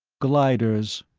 gliders,